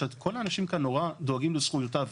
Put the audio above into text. שכל האנשים כאן נורא דואגים לזכויותיו,